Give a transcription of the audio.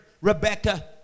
Rebecca